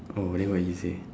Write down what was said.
oh then what he say